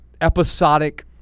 episodic